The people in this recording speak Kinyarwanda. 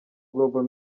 global